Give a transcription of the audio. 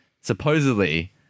supposedly